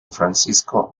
francisco